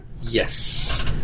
yes